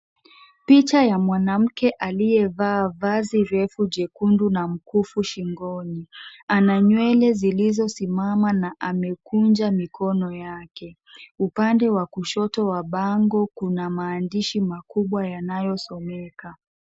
Picha ya mwanamke aliyevaa vazi refu jekundu na mkufu shingoni. Ana nywele zilizosimama na amekuja mikono yake. Upande wa kushoto wa bango, kuna maandishi makubwa yanayosema.